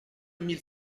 mille